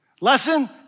Lesson